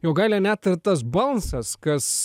jogaile net ir tas balsas kas